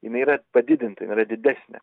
jinai yra padidinta jin yra didesnė